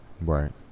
Right